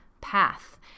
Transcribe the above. path